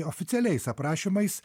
oficialiais aprašymais